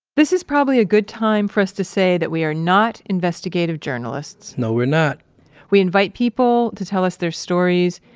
this is probably a good time for us to say that we are not investigative journalists no, we're not we invite people to tell us their stories,